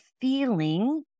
feeling